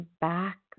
Back